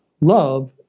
love